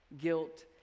guilt